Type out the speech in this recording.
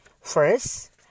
first